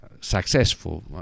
successful